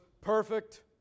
perfect